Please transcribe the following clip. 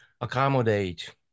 accommodate